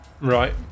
Right